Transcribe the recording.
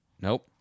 nope